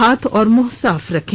हाथ और मुंह साफ रखें